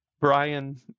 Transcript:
Brian